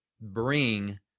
bring